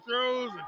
throws